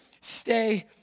stay